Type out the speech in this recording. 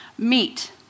meet